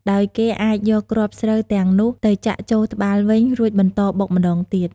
ដោយគេអាចយកគ្រាប់ស្រូវទាំងនោះទៅចាក់ចូលត្បាល់វិញ រួចបន្តបុកម្តងទៀត។